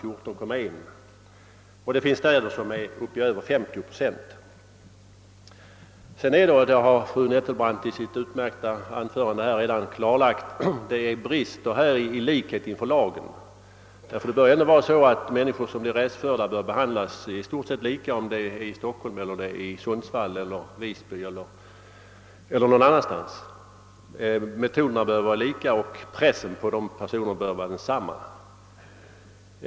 Det finns städer som är uppe i över 50 procent. Fru Nettelbrandt har i sitt utmärkta anförande här klarlagt — och det är det andra — att det brister i likhet inför lagen. Människor som blir restförda bör behandlas lika, vare sig de bor i Stockholm, Sundsvall, Visby eller någon annanstans. Metoderna bör vara lika och pressen på dem bör vara densamma.